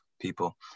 people